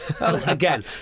again